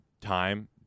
time